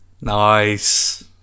Nice